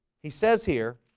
he says here